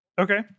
Okay